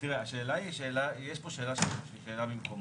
יש כאן שאלה שהיא במקומה.